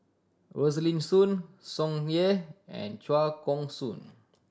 Rosaline Soon Tsung Yeh and Chua Koon Siong